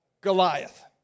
Goliath